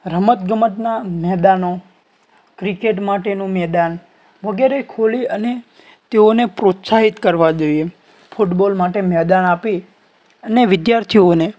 રમતગમતના મેદાનો ક્રિકેટ માટેનું મેદાન વગેરે ખોલી અને તેઓને પ્રોત્સાહિત કરવા જોઈએ ફૂટબોલ માટે મેદાન આપી અને વિદ્યાર્થીઓને